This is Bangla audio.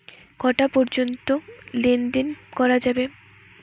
কটা পর্যন্ত লেন দেন করা যাবে?